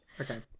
okay